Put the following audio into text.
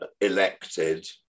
elected